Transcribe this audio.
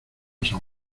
san